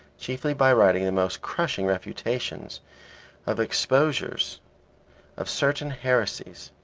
chiefly by writing the most crushing refutations of exposures of certain heresies,